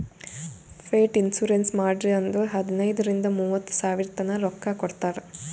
pet insurance ಮಾಡ್ರಿ ಅಂದುರ್ ಹದನೈದ್ ರಿಂದ ಮೂವತ್ತ ಸಾವಿರತನಾ ರೊಕ್ಕಾ ಕೊಡ್ತಾರ್